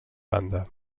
banda